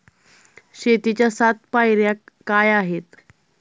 शेतीच्या सात पायऱ्या काय आहेत?